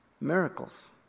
miracles